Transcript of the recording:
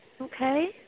Okay